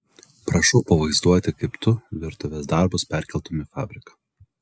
prašau pavaizduoti kaip tu virtuvės darbus perkeltumei į fabriką